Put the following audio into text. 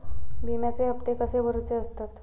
विम्याचे हप्ते कसे भरुचे असतत?